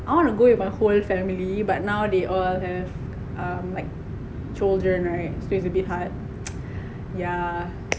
I want to go with my whole family but now they all have err like children right so it's a bit hard yeah